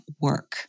work